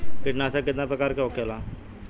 कीटनाशक कितना प्रकार के होखेला?